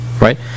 Right